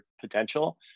potential